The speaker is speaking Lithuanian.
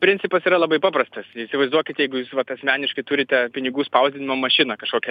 principas yra labai paprastas įsivaizduokit jeigu jūs vat asmeniškai turite pinigų spausdinimo mašiną kažkokią